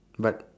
but